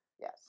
Yes